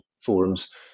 forums